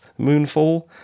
moonfall